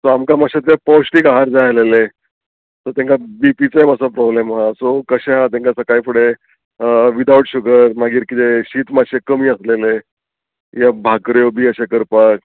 so आमकां मातशें तें पौश्टीक आहार जाय आल्हलेलें सो तांकां बीपीचोय मातसो प्रोब्लेम आहा सो कशें आहा तेंकां सकाळी फुडें विदावट शुगर मागीर किदें शीत मातशें कमी आसलेलें या भाकऱ्यो बी अशें करपाक